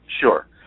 Sure